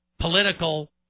political